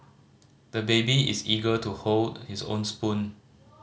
the baby is eager to hold his own spoon